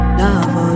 love